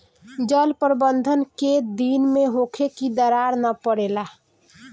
जल प्रबंधन केय दिन में होखे कि दरार न परेला?